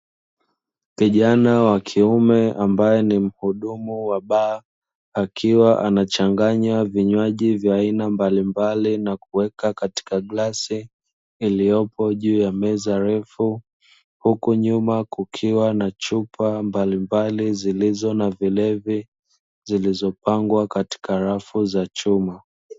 Kijana wa kiume ambaye ni mhudumu wa baa, akiwa anachanganya vinywaji vya aina mbalimbali na kuweka katika glasi iliyopo juu ya meza refu, huku nyuma kukiwa na chupa mbalimbali zilizo na vilevi, zilizopangwa katika rafu za chuma.